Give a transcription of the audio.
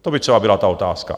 To by třeba byla ta otázka.